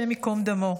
השם ייקום דמו,